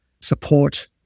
support